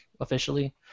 officially